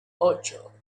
ocho